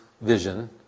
vision